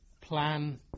plan